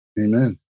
Amen